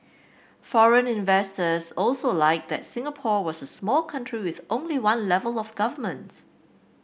foreign investors also liked that Singapore was a small country with only one level of government